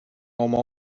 oma